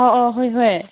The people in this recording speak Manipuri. ꯑꯧ ꯑꯧ ꯍꯣꯏ ꯍꯣꯏ